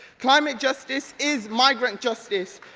climate justice is migrate justice,